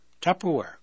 Tupperware